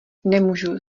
nemůžu